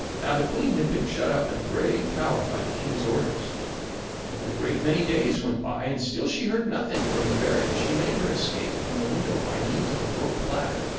now the queen had been shut up in a great tower by the king's orders and when a great many days went by and still she heard nothing from the fairy she made her escape from the window by means of a rope ladder,